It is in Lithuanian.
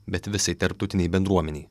bet visai tarptautinei bendruomenei